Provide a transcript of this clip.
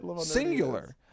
singular